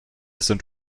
sind